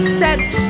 set